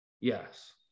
Yes